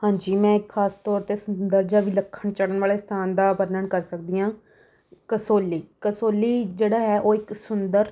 ਹਾਂਜੀ ਮੈਂ ਇੱਕ ਖਾਸ ਤੌਰ 'ਤੇ ਸੁੰਦਰ ਜਾਂ ਵਿਲੱਖਣ ਚੜ੍ਹਨ ਵਾਲੇ ਸਥਾਨ ਦਾ ਵਰਣਨ ਕਰ ਸਕਦੀ ਹਾਂ ਕਸੌਲੀ ਕਸੌਲੀ ਜਿਹੜਾ ਹੈ ਉਹ ਇੱਕ ਸੁੰਦਰ